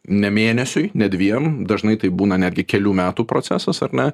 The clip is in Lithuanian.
ne mėnesiui ne dviem dažnai tai būna netgi kelių metų procesas ar ne